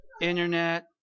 internet